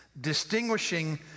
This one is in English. distinguishing